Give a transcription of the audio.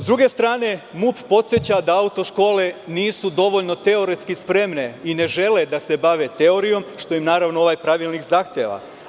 S druge strane, MUP podseća da auto škole nisu dovoljno teoretski spremne i ne žele da se bave teorijom, što im naravno ovaj pravilnik zahteva.